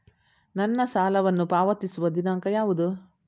ನನ್ನ ಸಾಲವನ್ನು ಪಾವತಿಸುವ ದಿನಾಂಕ ಯಾವುದು?